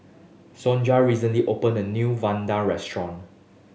Sonja recently opened a new vadai restaurant